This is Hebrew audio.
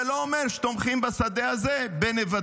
זה לא אומר שתומכים בשדה הזה בנבטים,